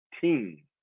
team